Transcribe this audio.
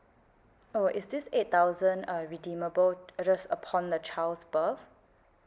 oh is this eight thousand uh redeemable just upon the child's birth